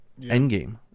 endgame